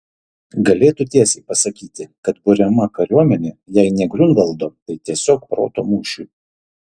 galėtų tiesiai pasakyti kad buriama kariuomenė jei ne griunvaldo tai tiesiog proto mūšiui